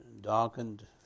darkened